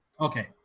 Okay